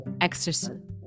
exercise